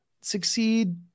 succeed